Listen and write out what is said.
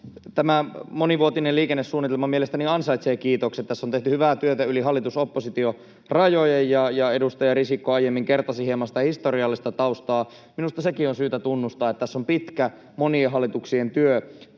Tämä monivuotinen liikennesuunnitelma mielestäni ansaitsee kiitokset. Tässä on tehty hyvää työtä yli hallitus—oppositio-rajojen. Edustaja Risikko aiemmin kertasi hieman sitä historiallista taustaa. Minusta sekin on syytä tunnustaa, että tässä on pitkä, monien hallituksien työ